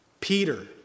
Peter